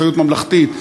אחריות ממלכתית,